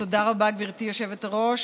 גברתי היושבת-ראש,